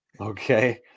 okay